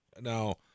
Now